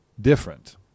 different